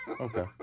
Okay